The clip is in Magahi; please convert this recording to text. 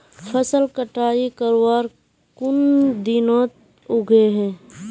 फसल कटाई करवार कुन दिनोत उगैहे?